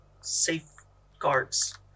safeguards